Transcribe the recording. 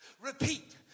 Repeat